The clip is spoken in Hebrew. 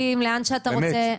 למכונים, לספקים, לאן שאתה רוצה.